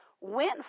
went